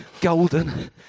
golden